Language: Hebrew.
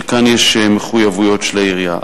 שכאן יש מחויבויות של העירייה.